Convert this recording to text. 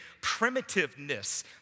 primitiveness